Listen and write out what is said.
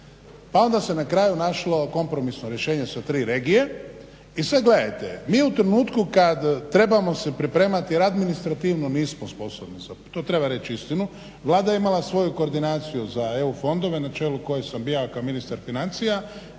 pa onda se na kraju našlo kompromisno rješenje sa 3 regije. I sad gledajte, mi u trenutku kad trebamo se pripremati jer administrativno nismo sposobni to treba reći istinu. Vlada je imala svoju koordinaciju za EU fondove na čelu koje sam bio ja kao ministar financija